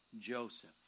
Joseph